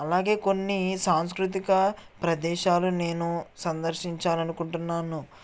అలాగే కొన్ని సాంస్కృతిక ప్రదేశాలు నేను సందర్శించాలనుకుంటున్నాను